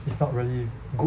is not really good